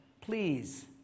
Please